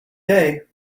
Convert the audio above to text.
day